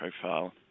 profile